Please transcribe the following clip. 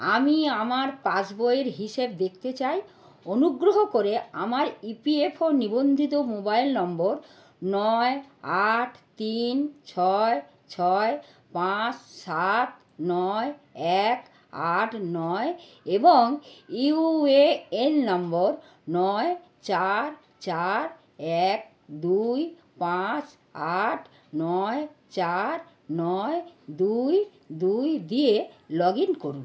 আমি আমার পাস বইয়ের হিসেব দেখতে চাই অনুগ্রহ করে আমার ইপিএফও নিবন্ধিত মোবাইল নম্বর নয় আট তিন ছয় ছয় পাঁচ সাত নয় এক আট নয় এবং ইউএএন নম্বর নয় চার চার এক দুই পাঁচ আট নয় চার নয় দুই দুই দিয়ে লগ ইন করুন